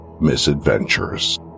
misadventures